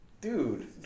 dude